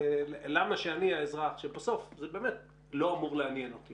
למה שאני האזרח שבסוף זה באמת לא אמור לעניין אותי,